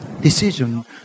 decision